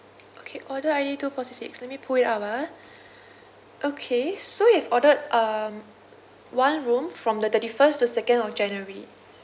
okay order I_D two four six eight let me pull it up ah okay so you've ordered um one room from the thirty first to second of january